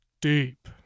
deep